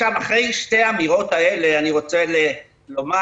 אחרי שתי האמירות האלה אני רוצה לומר